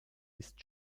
ist